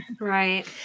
Right